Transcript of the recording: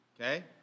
Okay